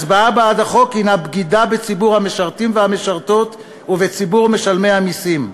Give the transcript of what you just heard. הצבעה בעד החוק היא בגידה בציבור המשרתים והמשרתות ובציבור משלמי המסים.